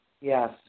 Yes